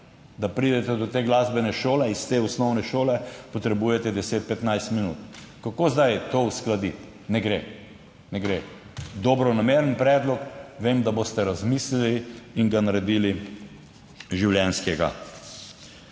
Da pridete do te glasbene šole iz te osnovne šole, potrebujete 10, 15 minut. Kako zdaj to uskladiti? Ne gre. Ne gre. Dobronameren predlog, vem, da boste razmislili in ga naredili življenjskega.